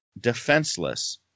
defenseless